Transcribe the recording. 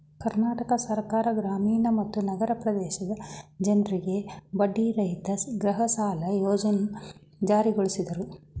ಕರ್ನಾಟಕ ಸರ್ಕಾರ ಗ್ರಾಮೀಣ ಮತ್ತು ನಗರ ಪ್ರದೇಶದ ಜನ್ರಿಗೆ ಬಡ್ಡಿರಹಿತ ಗೃಹಸಾಲ ಯೋಜ್ನೆ ಜಾರಿಗೊಳಿಸಿದ್ರು